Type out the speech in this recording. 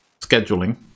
scheduling